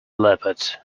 leopard